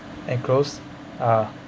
enclose uh